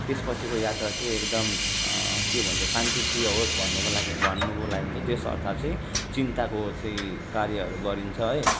त्यस पछिको यात्रा चाहिँ एकदम के भन्छ शान्तिप्रिय होस् भन्नुको लागि भन्नुको लागि चाहिँ त्यसर्थ चाहिँ चिन्ताको चाहिँ कार्यहरू गरिन्छ है